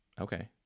Okay